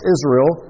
Israel